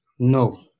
no